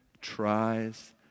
tries